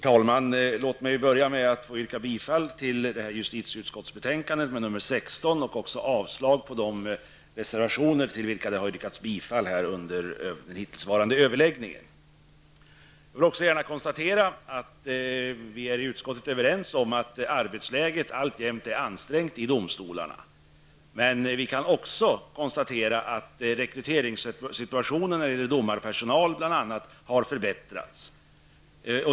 Herr talman! Jag börjar med att yrka bifall till hemställan i justitieutskottets betänkande nr 16 samt avslag på de reservationer till vilka man hittills under överläggningen har yrkat bifall. Jag konstaterar att vi i utskottet är överens om att arbetsläget i domstolarna alltjämt är ansträngt. domarpersonal har dock förbättrats.